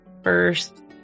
first